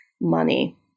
money